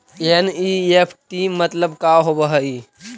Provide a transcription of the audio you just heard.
NEFT मतलब का होब हई?